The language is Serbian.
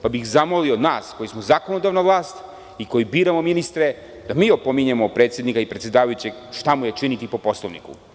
Zamolio bih nas koji smo zakonodavna vlast i koji biramo ministre, da mi opominjemo predsednika i predsedavajućeg šta mu je činiti po Poslovniku.